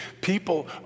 People